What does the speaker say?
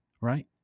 right